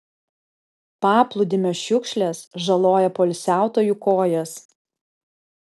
paplūdimio šiukšlės žaloja poilsiautojų kojas